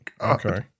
okay